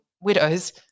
widows